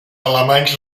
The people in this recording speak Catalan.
alemanys